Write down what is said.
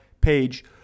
page